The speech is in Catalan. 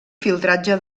filtratge